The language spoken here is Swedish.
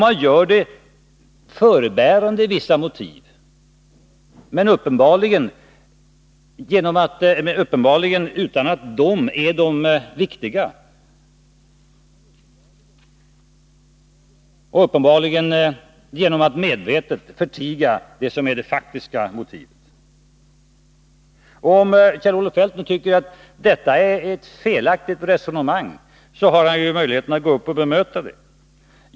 Man gör det förebärande vissa motiv — men uppenbarligen utan att dessa är de riktiga och uppenbarligen genom att medvetet förtiga det som är det faktiska motivet. Om Kjell-Olof Feldt nu tycker att detta är ett felaktigt resonemang, så har han möjlighet att gå upp och bemöta det.